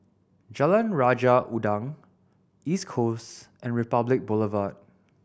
Jalan Raja Udang East Coast and Republic Boulevard